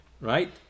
right